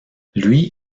lui